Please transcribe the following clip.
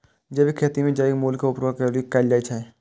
जैविक खेती मे जैविक मूल के उर्वरक के उपयोग कैल जाइ छै